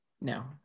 no